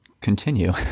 continue